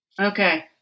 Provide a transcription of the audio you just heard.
Okay